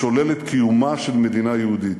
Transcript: השולל את קיומה של מדינה יהודית.